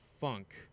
funk